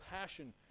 passion